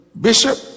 Bishop